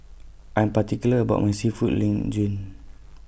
I'm particular about My Seafood Linguine